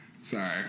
sorry